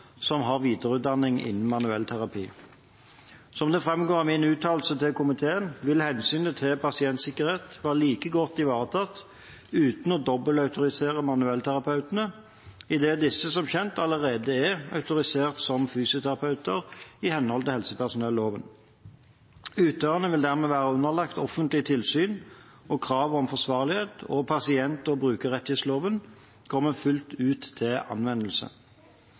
som har videreutdanning innen manuellterapi. Som det framgår av min uttalelse til komiteen, vil hensynet til pasientsikkerhet være like godt ivaretatt uten å dobbeltautorisere manuellterapeutene, idet disse som kjent allerede er autorisert som fysioterapeuter i henhold til helsepersonelloven. Utøverne vil dermed være underlagt offentlig tilsyn og krav om forsvarlighet, og pasient- og brukerrettighetsloven kommer fullt ut til anvendelse.